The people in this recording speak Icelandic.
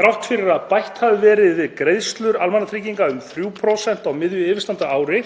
Þrátt fyrir að bætt hafi verið við greiðslur almannatrygginga um 3% á miðju yfirstandandi